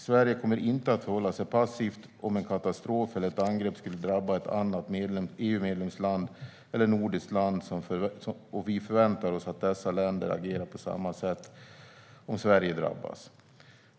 Sverige kommer inte att förhålla sig passivt om en katastrof eller ett angrepp skulle drabba ett annat EU-medlemsland eller nordiskt land, och vi förväntar oss att dessa länder agerar på samma sätt om Sverige drabbas.